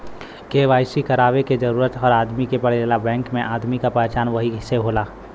KYC करवाये क जरूरत हर आदमी के पड़ेला बैंक में आदमी क पहचान वही से होला